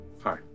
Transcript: Hi